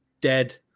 dead